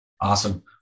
Awesome